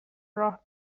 راه